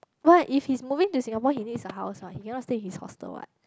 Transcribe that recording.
what if he's moving to Singapore he needs a house what he cannot stay his hostel what